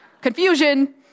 confusion